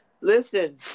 listen